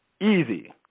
easy